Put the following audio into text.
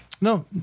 No